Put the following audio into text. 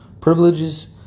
privileges